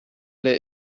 der